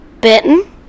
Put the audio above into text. Bitten